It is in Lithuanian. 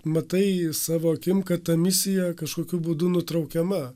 matai savo akim kad ta misija kažkokiu būdu nutraukiama